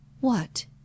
What